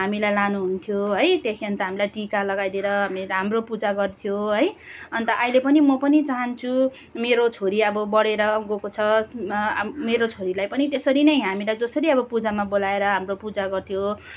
हामीलाई लानु हुन्थ्यो है त्यहाँदेखि हामीलाई टीका लगाइदिएर हाम्रो पूजा गर्थ्यो है अन्त अहिले पनि म पनि चाहन्छु मेरो छोरी अब बढेर गएको छ मा मेरो छोरीलाई पनि त्यसरी नै हामीलाई जसरी अब पूजामा बोलाएर हाम्रो पूजा गर्थ्यो